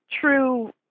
true